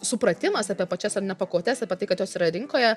supratimas apie pačias ar ne pakuotes apie tai kad jos yra rinkoje